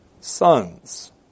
sons